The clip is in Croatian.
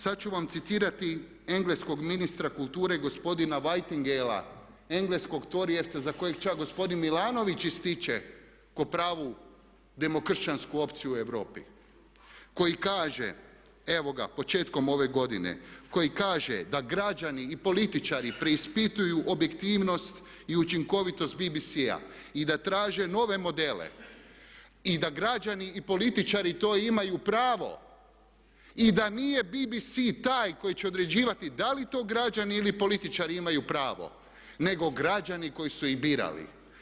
Sad ću vam citirati engleskog ministra kulture gospodina Whittingdalea engleskog torijevca za kojeg čak gospodin Milanović ističe ko pravu demokršćansku opciju u Europi, koji kaže evo ga početkom ove godine, koji kaže da građani i političari preispituju objektivnost i učinkovitost BBC-a i da traže nove modele i da građani i političari to imaju pravo i da nije BBC taj koji će određivati da li to građani ili političari imaju pravo, nego građani koji su ih birali.